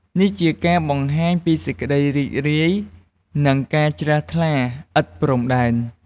នេះជាការបង្ហាញពីសេចក្តីរីករាយ និងការជ្រះថ្លាឥតព្រំដែន។